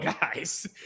guys